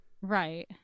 Right